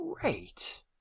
great